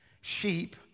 sheep